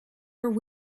are